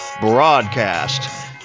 Broadcast